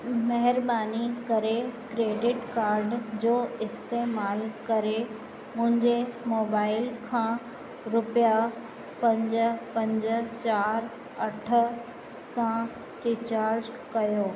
महिरबानी करे credit card जो इस्तेमाल करे मुंहिंजे मोबाइल खां रुपिया पंज पंज चारि अठ सां रिचार्ज कयो